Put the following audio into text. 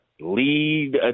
lead